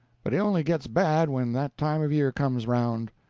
but he only gets bad when that time of year comes round.